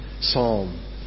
psalm